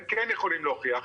הם כן יכולים להוכיח,